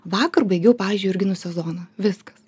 vakar baigiau pavyzdžiui jurginų sezoną viskas